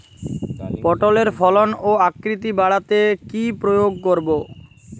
পটলের ফলন ও আকৃতি বাড়াতে কি প্রয়োগ করব?